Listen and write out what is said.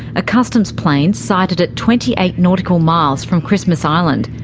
a customs plane sighted it twenty eight nautical miles from christmas island,